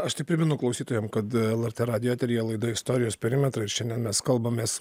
aš tik primenu klausytojams kad lrt radijo eteryje laida istorijos perimetrai ir šiandien mes kalbamės